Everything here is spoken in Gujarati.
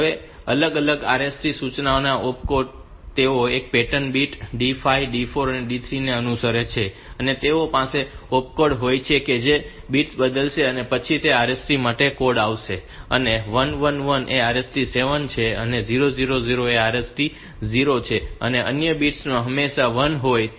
હવે અલગ અલગ RST સૂચનાઓમાંથી ઓપકોડ તેઓ એક પેટર્ન બીટ D 5 D 4 અને D 3 ને અનુસરે છે અને તેઓ પાસે ઓપકોડ હોય છે જેથી આ બિટ્સ બદલાશે અને પછી તે RST માટે કોડ આપશે અને 1 1 1 એ RST 7 છે અને 0 0 0 એ RST 0 છે અને અન્ય બિટ્સ હંમેશા 1 હોય છે